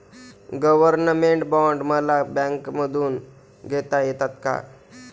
Government bond मला बँकेमधून घेता येतात का?